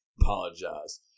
apologize